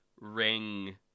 Ring